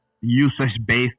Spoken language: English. usage-based